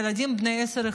ילדים בני 10,